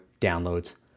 downloads